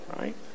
Right